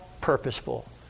purposeful